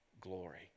glory